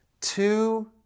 two